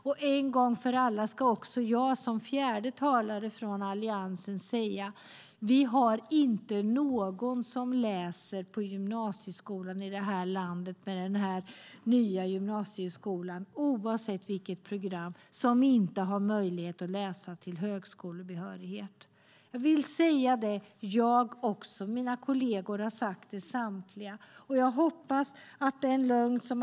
Och en gång för alla ska också jag, som fjärde talare från Alliansen, säga: Det finns inte någon som läser på den nya gymnasieskolan i det här landet, oavsett program, som inte har möjlighet att läsa till högskolebehörighet. Samtliga mina kolleger har sagt det, och jag vill också säga det.